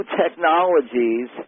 technologies